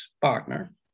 partner